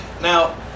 Now